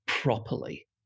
properly